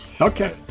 Okay